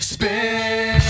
Spin